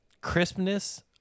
crispness